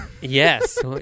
Yes